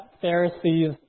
Pharisees